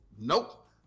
Nope